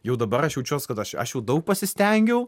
jau dabar aš jaučiuos kad aš aš jau daug pasistengiau